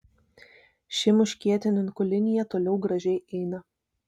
ši muškietininkų linija toliau gražiai eina